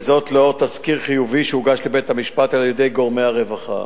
וזאת לאור תסקיר חיובי שהוגש לבית-המשפט על-ידי גורמי הרווחה.